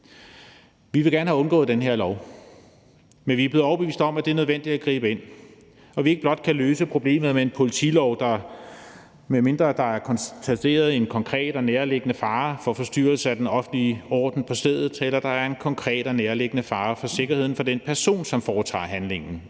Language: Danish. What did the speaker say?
Vi ville gerne have undgået den her lov. Men vi er blevet overbevist om, at det er nødvendigt at gribe ind, og at vi ikke blot kan løse problemet med en politilov, medmindre der er konstateret en konkret og nærliggende fare for en forstyrrelse af den offentlige orden på stedet, eller der er en konkret og nærliggende fare for sikkerheden for den person, som foretager handlingen,